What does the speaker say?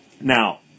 Now